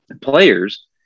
players